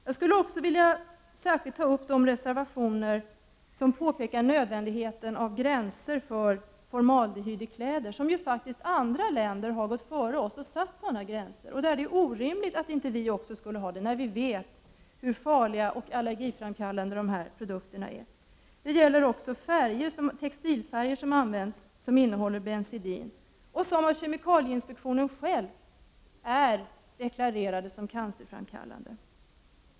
Jag skulle också vilja nämna den reservation där nödvändigheten av gränser för formaldehyd i kläder och textilier tas upp. Andra länder har faktiskt gått före Sverige och satt sådana gränser. Det är orimligt att inte vi i Sverige också har det, då vi vet hur farliga och allergiframkallande dessa produkter är. Det gäller också textilfärger som innehåller benzedin och som av kemikalieinspektionen är deklarerade som cancerframkallande. Detta tas upp i en annan reservation.